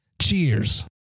Cheers